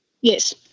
Yes